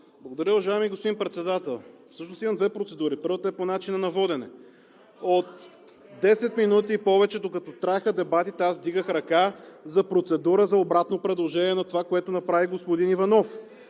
Благодаря, уважаеми господин Председател. Всъщност имам две процедури. Първата е по начина на водене. От десет минути и повече, докато траеха дебатите, аз вдигах ръка за процедура за обратно предложение на това. Правя това